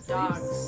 dogs